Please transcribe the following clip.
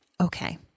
okay